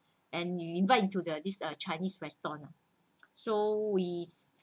and you invite into the this uh chinese restaurant so we